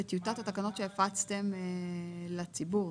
בטיוטת התקנות שהפצתם לציבור.